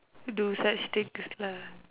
do set status lah